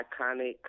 iconic